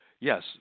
yes